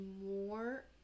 more